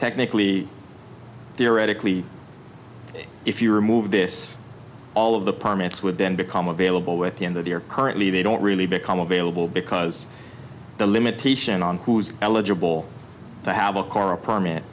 technically theoretically if you remove this all of the permits would then become available within that they are currently they don't really become available because the limitation on who's eligible to have a car a perm